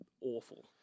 awful